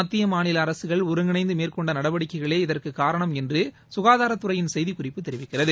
மத்திய மாநில அரசுகள் ஒருங்கிணைந்து மேற்கொண்ட நடவடிக்கைகளே இதற்கு காரணம் என்று சுகாதாரத்துறையின் செய்திக்குறிப்பு தெரிவிக்கிறது